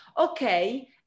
Okay